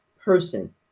person